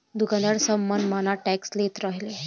दुकानदार सब मन माना टैक्स लेत रहले